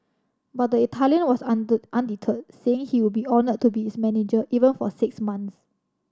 but the Italian was undeterred saying he would be honoured to be its manager even for six months